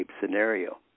scenario